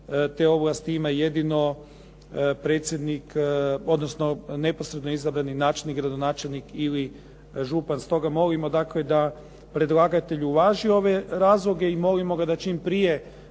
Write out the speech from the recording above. te ovlasti ima jedino neposredno izabrani načelnik, gradonačelnik ili župan. Stoga molimo dakle da predlagatelj uvaži ove razloge i molimo ga da čim prije